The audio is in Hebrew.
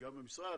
גם במשרד,